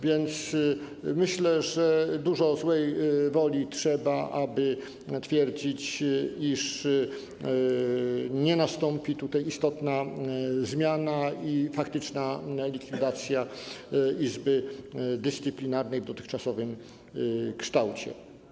Więc myślę, że trzeba dużo złej woli, aby twierdzić, iż nie nastąpi tutaj istotna zmiana i faktyczna likwidacja Izby Dyscyplinarnej w dotychczasowym kształcie.